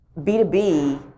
B2B